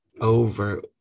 over